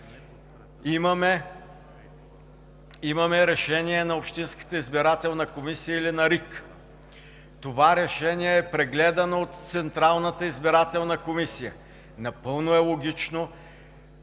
Имаме решение на Общинската избирателна комисия или на РИК. Това решение е прегледано от Централната избирателна комисия. Напълно е логично